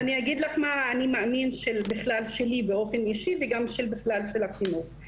אני אגיד לך מה האני מאמין בכלל שלי באופן אישי וגם של בכלל של החינוך.